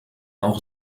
auch